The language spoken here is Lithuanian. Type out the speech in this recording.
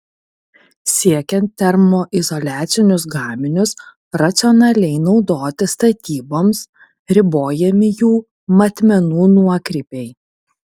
siekiant termoizoliacinius gaminius racionaliai naudoti statyboms ribojami jų matmenų nuokrypiai